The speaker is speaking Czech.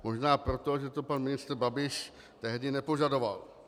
Možná proto, že to pan ministr Babiš tehdy nepožadoval.